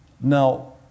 Now